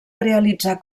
realitzar